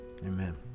amen